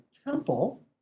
Temple